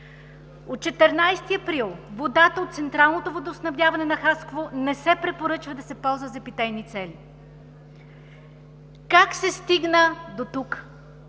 От 14 април водата от централното водоснабдяване на Хасково не се препоръчва да се ползва за питейни цели. Как се стигна дотук?